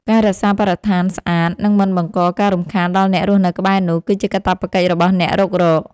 ការរក្សាបរិស្ថានស្អាត និងមិនបង្កការរំខានដល់អ្នករស់នៅក្បែរនោះ គឺជាកាតព្វកិច្ចរបស់អ្នករុករក។